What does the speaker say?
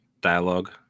dialogue